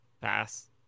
Pass